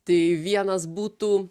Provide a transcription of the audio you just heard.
tai vienas būtų